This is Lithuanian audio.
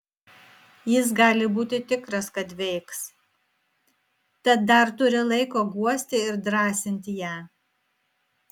jis gali būti tikras kad veiks tad dar turi laiko guosti ir drąsinti ją